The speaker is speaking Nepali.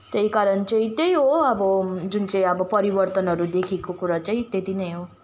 त्यही कारण चाहिँ त्यही हो अब जुन चाहिँ अब परिवर्तनहरू देखेको कुरा चाहिँ त्यति नै हो